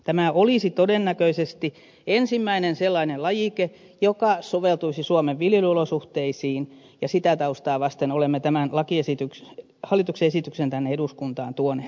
tämä olisi todennäköisesti ensimmäinen sellainen lajike joka soveltuisi suomen viljelyolosuhteisiin ja sitä taustaa vasten olemme tämän hallituksen esityksen tänne eduskuntaan tuoneet